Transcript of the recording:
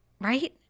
right